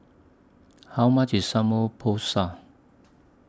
How much IS Samgeyopsal